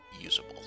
usable